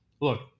look